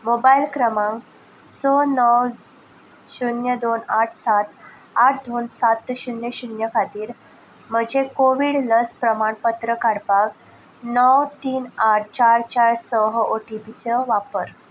mobile क्रमांक स णव शुन्य दोन आठ सात आठ दोन सात शुन्य शुन्य खातीर म्हजें कोवीड लस प्रमाणपत्र काडपाक णव तीन आठ चार चार स हो ओटीपीचो वापर